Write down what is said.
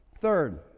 Third